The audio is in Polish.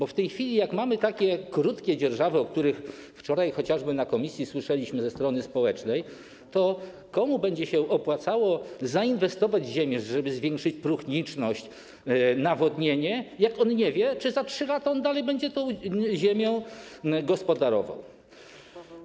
A w tej chwili, jak mamy takie krótkie dzierżawy, o których wczoraj chociażby w komisji słyszeliśmy ze strony społecznej, komu będzie się opłacało zainwestować w ziemię, żeby zwiększyć próchniczność, nawodnienie, jak on nie wie, czy za 3 lata dalej będzie tą ziemią gospodarował?